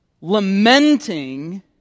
lamenting